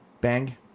Bang